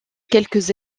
quelques